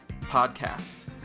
podcast